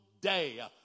day